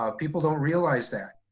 ah people don't realize that.